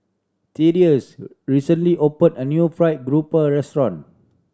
Thaddeus recently opened a new Fried Garoupa restaurant